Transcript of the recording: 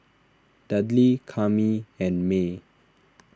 Dudley Kami and Maye